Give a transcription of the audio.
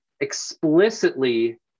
explicitly